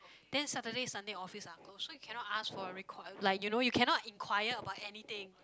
then Saturday Sunday office are closed so you cannot ask for a record like you know you cannot inquire about anything